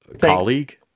colleague